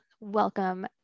welcome